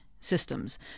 systems